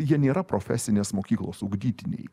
jie nėra profesinės mokyklos ugdytiniai